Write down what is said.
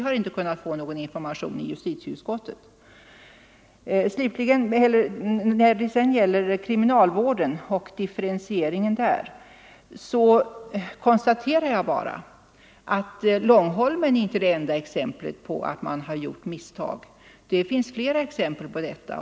När det gäller differentieringen inom kriminalvården konstaterar jag bara att Långholmen inte är det enda exemplet på att man gjort misstag; det finns flera exempel.